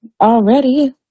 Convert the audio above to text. already